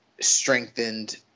strengthened